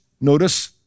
notice